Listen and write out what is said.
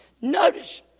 notice